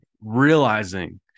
realizing